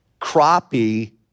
crappie